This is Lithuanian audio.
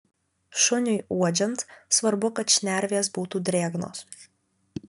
šuniui uodžiant svarbu kad šnervės būtų drėgnos